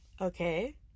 okay